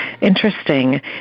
Interesting